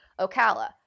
Ocala